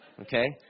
Okay